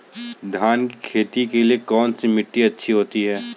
धान की खेती के लिए कौनसी मिट्टी अच्छी होती है?